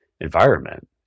environment